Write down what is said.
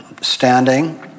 standing